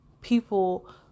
people